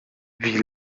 wie